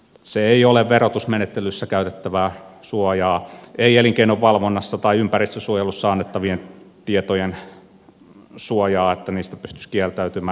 se ei ole verotusmenettelyssä käytettävää suojaa ei elinkeinon valvonnassa tai ympäristönsuojelussa annettavien tietojen suojaa että niistä pystyisi kieltäytymään